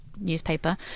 Newspaper